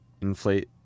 inflate